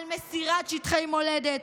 מסירת שטחי מולדת,